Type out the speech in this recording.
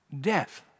death